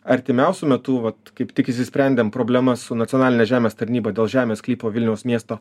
artimiausiu metu vat kaip tik išsisprendėm problemas su nacionaline žemės tarnyba dėl žemės sklypo vilniaus miesto